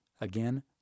Again